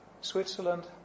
Switzerland